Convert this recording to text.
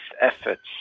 efforts